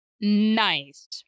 Nice